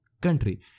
country